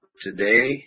today